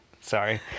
Sorry